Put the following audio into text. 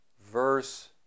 verse